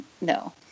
no